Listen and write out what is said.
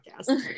podcast